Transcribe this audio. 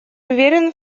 уверен